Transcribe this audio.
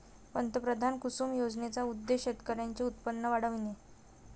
पंतप्रधान कुसुम योजनेचा उद्देश शेतकऱ्यांचे उत्पन्न वाढविणे